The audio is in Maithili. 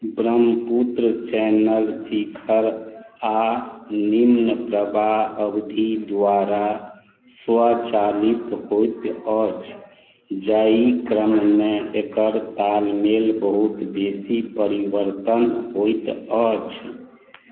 ब्रह्मपुत्र चैनल शिखर आ निम्न प्रवाह अवधि द्वारा स्वचालित होइत अछि जाहि क्रममे एकर तालमेल बहुत बेसी परिवर्त्तन होइत अछि